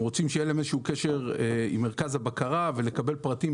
הם רוצים שיהיה להם איזשהו קשר עם מרכז הבקרה ולקבל פרטים,